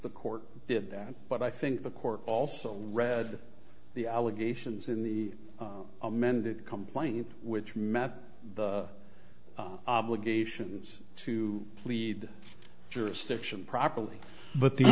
the court did that but i think the court also read the allegations in the amended complaint which met the obligations to plead jurisdiction properly but the